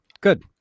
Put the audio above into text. Good